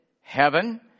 heaven